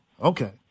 Okay